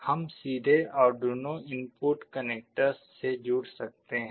हम सीधे Arduino input connectors से जुड़ सकते हैं